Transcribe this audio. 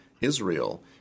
Israel